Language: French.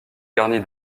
garnie